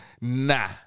Nah